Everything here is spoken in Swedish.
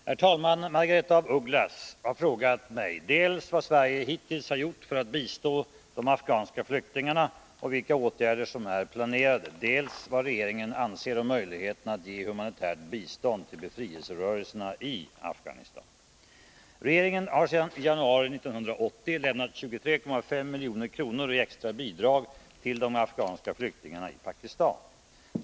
Herr talman! Margaretha af Ugglas har frågat mig dels vad Sverige hittills har gjort för att bistå de afghanska flyktingarna och vilka åtgärder som är planerade, dels vad regeringen anser om möjligheterna att ge humanitärt bistånd till befrielserörelserna i Afghanistan. Regeringen har sedan januari 1980 lämnat 23,5 milj.kr. i extra bidrag till de afghanska flyktingarna i Pakistan.